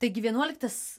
taigi vienuoliktas